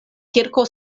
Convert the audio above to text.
kirko